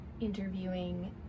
interviewing